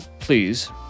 please